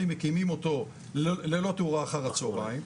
מקימים אותו ללא תאורה אחר הצהריים,